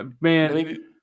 Man